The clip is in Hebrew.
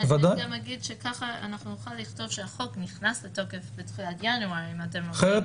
כך נוכל לכתוב שהחוק נכנס לתוקף בתחילת ינואר --- המשמעות